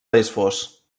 lesbos